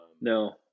no